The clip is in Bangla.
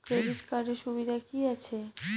ক্রেডিট কার্ডের সুবিধা কি আছে?